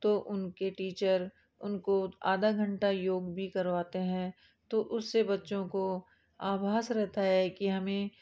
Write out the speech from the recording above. तो उनके टीचर उनको आधा घंटा योग भी करवाते हैं तो उससे बच्चों को आभास रहता है कि हमें